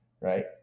right